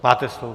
Máte slovo.